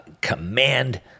command